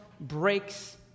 breaks